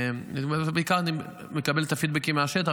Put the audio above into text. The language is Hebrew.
בעיקר מקבל את הפידבקים מהשטח,